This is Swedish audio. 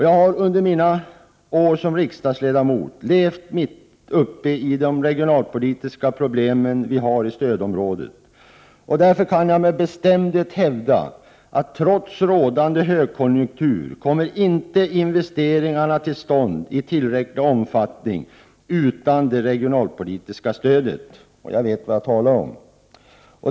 Jag har under mina år som riksdagsledamot levat mitt uppe i de regionalpolitiska problem som vi har i stödområdet. Därför kan jag med bestämdhet hävda att, investeringarna trots rådande högkonjunktur, inte kommer till stånd i tillräcklig omfattning utan det regionalpolitiska stödet.